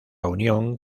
unión